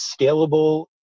scalable